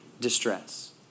distress